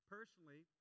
Personally